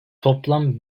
toplam